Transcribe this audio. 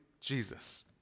Jesus